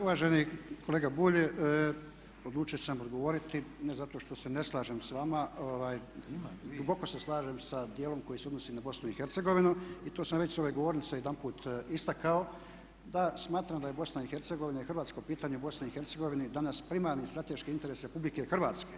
Uvaženi kolega Bulj odlučio sam odgovoriti, ne zato što se ne slažem s vama, duboko se slažem sa dijelom koji se odnosi na BiH i to sam već s ove govornice jedanput istakao da smatram da je BiH i hrvatsko pitanje u BiH danas primarni strateški interes Republike Hrvatske.